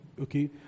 okay